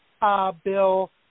bill